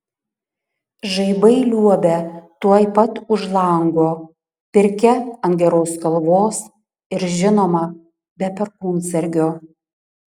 žaibai liuobia tuoj pat už lango pirkia ant geros kalvos ir žinoma be perkūnsargio